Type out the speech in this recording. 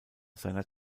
seiner